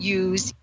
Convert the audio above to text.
use